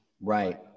right